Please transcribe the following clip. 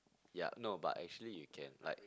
ya no but actually you can like